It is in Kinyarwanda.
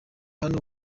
hano